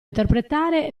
interpretare